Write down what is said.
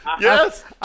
Yes